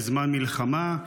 בזמן מלחמה,